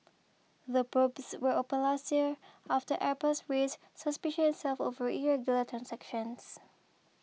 the probes were opened last year after airbus raised suspicions itself over irregular transactions